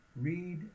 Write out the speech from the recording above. Read